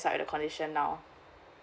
satisfied with the condition now